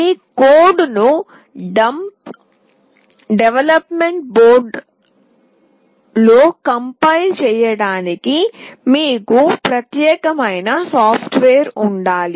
మీ కోడ్ను డెవలప్మెంట్ బోర్డులో కంపైల్ చేయడానికి మీకు ప్రత్యేకమైన సాఫ్ట్వేర్ ఉండాలి